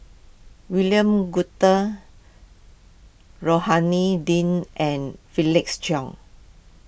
William Goode Rohani Din and Felix Cheong